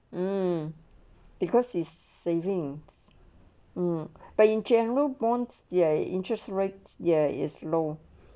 mm because his savings or but in general bonds narrow interest rates there is low